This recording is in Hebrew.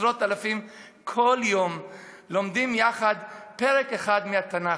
עשרות אלפים כל יום לומדים יחד פרק אחד מהתנ"ך.